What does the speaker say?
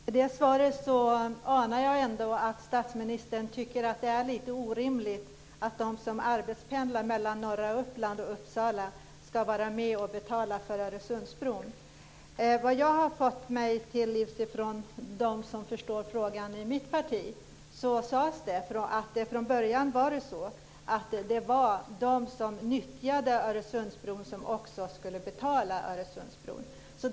Fru talman! Med det svaret anar jag att statsministern ändå tycker att det är lite orimligt att de som arbetspendlar mellan norra Uppland och Uppsala ska vara med och betala för Öresundsbron. Vad jag har fått mig till livs från dem som förstår frågan i mitt parti är att det från början var tänkt att de som nyttjar Öresundsbron ska betala den.